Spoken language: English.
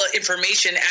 information